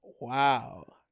Wow